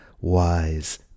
wise